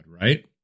right